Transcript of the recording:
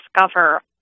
discover